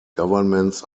governments